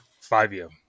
Five-year